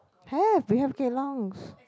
have we have kelongs